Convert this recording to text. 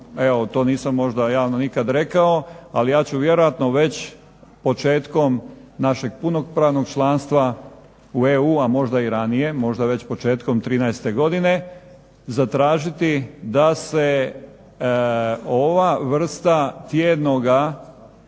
evo to nisam možda javno nikad rekao ali ja ću vjerojatno već početkom našeg punopravnog članstva u EU a možda i ranije možda već početkom 2013.godine zatražiti da se ova vrsta tjednoga